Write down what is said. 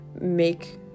make